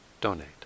donate